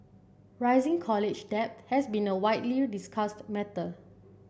rising college debt has been a widely discussed matter